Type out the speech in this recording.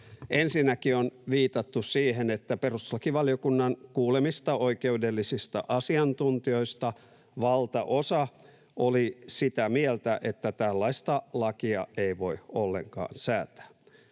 Ensinnäkin on viitattu siihen, että perustuslakivaliokunnan kuulemista oikeudellisista asiantuntijoista valtaosa oli sitä mieltä, että tällaista lakia ei voi ollenkaan säätää.